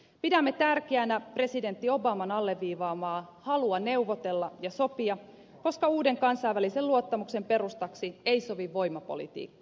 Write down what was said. pidämme tärkeänä presidentti obaman alleviivaamaa halua neuvotella ja sopia koska uuden kansainvälisen luottamuksen perustaksi ei sovi voimapolitiikka